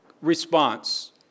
response